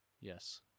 Yes